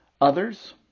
others